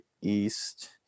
east